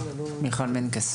מיכל מנקס.